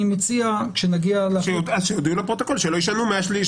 אני מציע כשנגיע --- אז שיודיעו לפרוטוקול שהם לא ישנו מה-3,